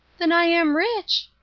then i am rich!